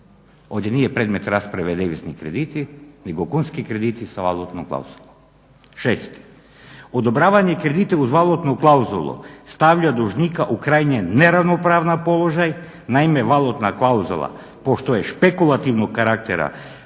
Ovdje nije predmet rasprave devizni krediti nego kunski krediti sa valutnom klauzulom. 6.odobravanje kredita uz valutnu klauzulu stavlja dužnika u krajnje neravnopravan položaj, naime valutna klauzula pošto je špekulativnog karaktera